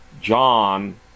John